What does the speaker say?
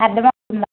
అర్ధమవుతోందా